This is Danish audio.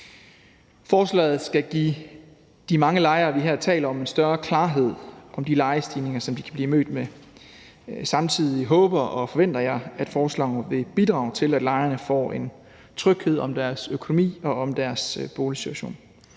Forslaget skal give de mange lejere, vi her taler om, en større klarhed om de lejestigninger, de kan blive mødt med. Jeg håber og forventer samtidig, at forslaget vil bidrage til, at lejerne får en tryghed omkring deres økonomi og boligsituation.